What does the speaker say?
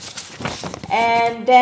and then